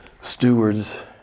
stewards